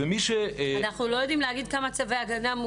-- אנחנו לא יודעי להגיד כמה צווי הגנה?